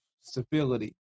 stability